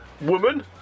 woman